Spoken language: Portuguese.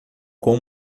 com